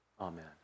Amen